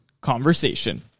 Conversation